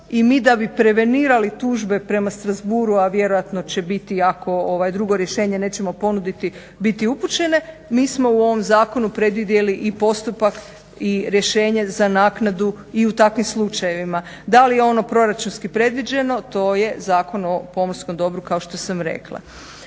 I mi da bi prevenirali tužbe prema Strasbourgu a vjerojatno će biti ako drugo rješenje nećemo ponuditi biti upućene, mi smo u ovom zakonu predvidjeli i postupak i rješenje za naknadu i u takvim slučajevima. Da li je ono proračunski predviđeno, to je Zakon o pomorskom dobru kao što sam rekla.